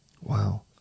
Wow